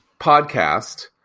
podcast